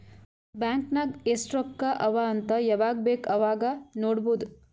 bank ನಾಗ್ ಎಸ್ಟ್ ರೊಕ್ಕಾ ಅವಾ ಅಂತ್ ಯವಾಗ ಬೇಕ್ ಅವಾಗ ನೋಡಬೋದ್